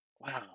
wow